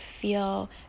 feel